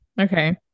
Okay